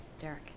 Derek